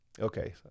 Okay